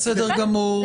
הכול בסדר גמור,